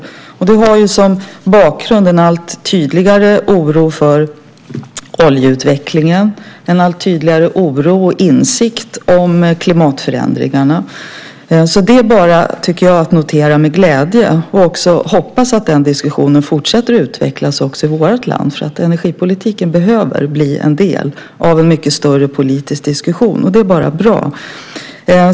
Bakgrunden till det är en allt tydligare oro för utvecklingen när det gäller olja och en allt tydligare oro för och insikt om klimatförändringarna. Därför tycker jag att man kan notera detta med glädje, och jag hoppas att den diskussionen fortsätter att utvecklas också i vårt land eftersom energipolitiken behöver bli en del av en mycket större politisk diskussion. Och det är bara bra.